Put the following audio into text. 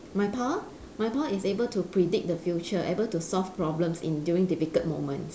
my power my power is able to predict the future able to solve problems in during difficult moment